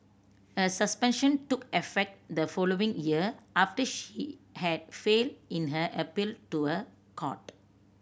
her suspension took effect the following year after she had failed in her appeal to a court